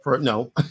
No